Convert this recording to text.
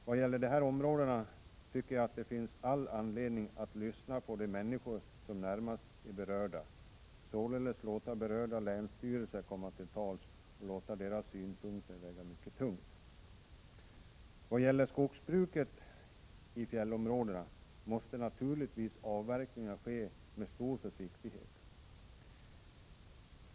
Vad gäller de här områdena tycker jag att det finns anledning att lyssna på de människor som närmast berörs och således låta berörda länsstyrelser komma till tals och låta deras synpunkter väga mycket tungt. Vad gäller skogsbruk i fjällområdena måste naturligtvis avverkningar ske med stor försiktighet.